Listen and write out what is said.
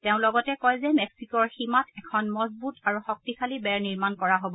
তেওঁ লগতে কয় যে মেক্সিকোৰ সীমাত এখন মজবুত আৰু শক্তিশালী বেৰ নিৰ্মাণ কৰা হব